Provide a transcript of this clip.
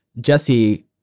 Jesse